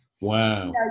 Wow